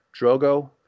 Drogo